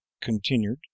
continued